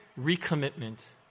recommitment